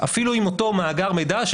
אפילו אם אותו מאגר מידע,